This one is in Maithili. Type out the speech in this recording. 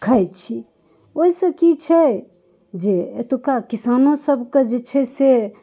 खाइ छी ओइसँ की छै जे एतुका किसानो सबके जे छै से